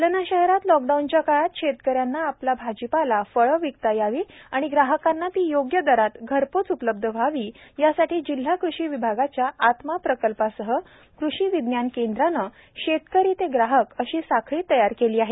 जालना शहरात लॉकडाऊनच्या काळात शेतकऱ्यांना आपला भाजीपाला फळे विकता यावीत आणि ग्राहकांना ती योग्य दरात घरपोच उपलब्ध व्हावी यासाठी जिल्हा कृषी विभागाच्या आत्मा प्रकल्पासह कृषी विज्ञान केंद्रानं शेतकरी ते ग्राहक अशी साखळी तयार केली आहे